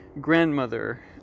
grandmother